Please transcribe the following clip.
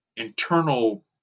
internal